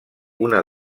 una